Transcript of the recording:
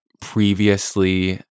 previously